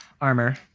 armor